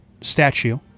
statue